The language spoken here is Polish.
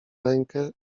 rękę